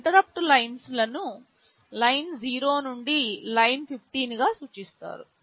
ఈ ఇంటరుప్పుట్ లైన్స్లను లైన్ 0 నుండి లైన్ 15 గా సూచిస్తారు